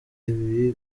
ibi